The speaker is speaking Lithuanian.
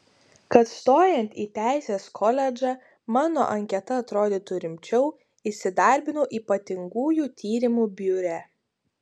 kad stojant į teisės koledžą mano anketa atrodytų rimčiau įsidarbinau ypatingųjų tyrimų biure